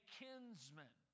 kinsman